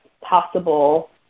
possible